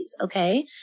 Okay